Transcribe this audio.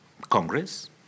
Congress